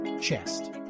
chest